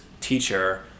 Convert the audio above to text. teacher